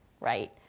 right